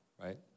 right